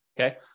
Okay